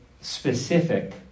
specific